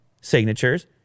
signatures